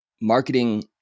marketing